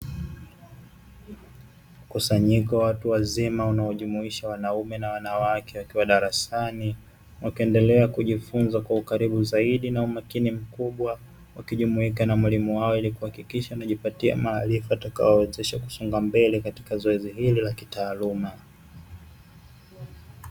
Mkusanyiko watu wazima unaojumuisha wanaume na wanawake wakiwa darasani wakiendelea kujifunza kwa ukaribu zaidi na umakini mkubwa. Wakijumuika na mwalimu wao ili kuhakikisha wanajipatia maarifa utakaowawezesha kusonga mbele katika zoezi hili la kitaaluma.